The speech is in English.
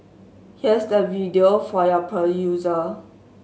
here's the video for your perusal